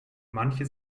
manche